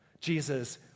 Jesus